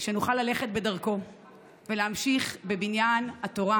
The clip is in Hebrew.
שנוכל ללכת בדרכו ולהמשיך בבניין התורה,